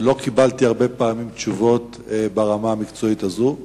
ולא קיבלתי הרבה פעמים תשובות ברמה המקצועית הזאת.